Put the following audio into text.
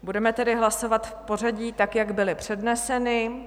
Budeme tedy hlasovat v pořadí tak, jak byly předneseny.